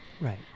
Right